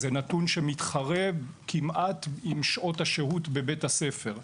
זה נתון שמתחרה כמעט עם שעות השהות בבית-הספר.